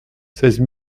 seize